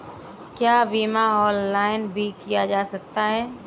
क्या बीमा ऑनलाइन भी किया जा सकता है?